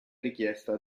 richiesta